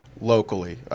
locally